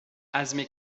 hazme